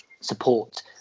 support